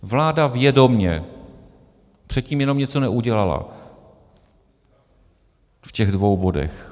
Vláda vědomě předtím jenom něco neudělala v těch dvou bodech.